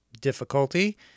difficulty